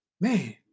man